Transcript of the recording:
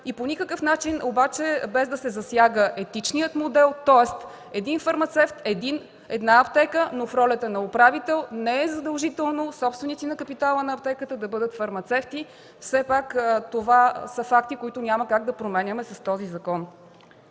и по никакъв начин обаче без да се засяга Етичния модел, тоест един фармацевт – една аптека, но в ролята на управител, не е задължително собственици на капитала на аптеката да бъдат фармацевти. Все пак това са факти, които няма как да променяме с този закон.